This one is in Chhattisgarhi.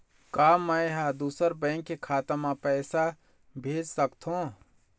का मैं ह दूसर बैंक के खाता म पैसा भेज सकथों?